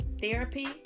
therapy